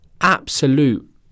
absolute